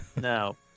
No